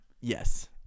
Yes